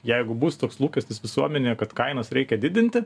jeigu bus toks lūkestis visuomenėj kad kainas reikia didinti